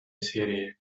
serie